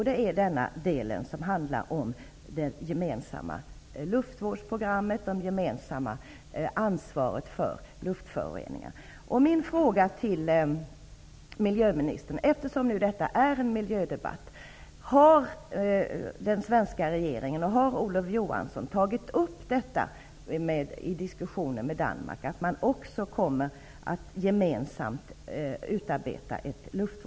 Det är den delen som handlar om det gemensamma luftvårdsprogrammet, det gemensamma ansvaret för luftföroreningarna. Detta är en miljödebatt. Det tycker jag är oerhört väsentligt.